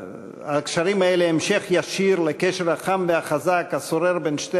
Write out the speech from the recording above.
הקשרים האלה הם המשך ישיר לקשר החם והחזק השורר בין שתי